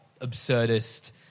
absurdist